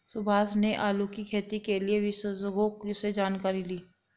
सुभाष ने आलू की खेती के लिए विशेषज्ञों से जानकारी ली